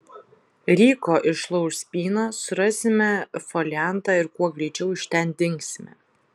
ryko išlauš spyną surasime foliantą ir kuo greičiau iš ten dingsime